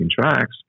tracks